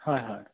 হয় হয়